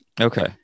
Okay